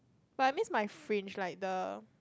but I miss my fringe like the